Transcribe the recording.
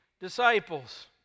disciples